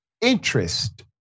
interest